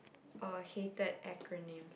oh hated acronym